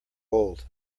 old